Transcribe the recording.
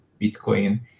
Bitcoin